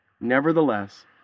Nevertheless